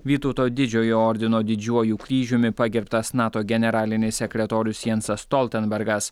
vytauto didžiojo ordino didžiuoju kryžiumi pagerbtas nato generalinis sekretorius jansas stoltenbergas